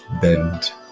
bend